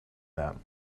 them